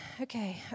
okay